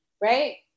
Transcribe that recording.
right